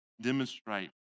demonstrate